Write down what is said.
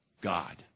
God